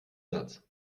satz